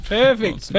perfect